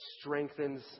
strengthens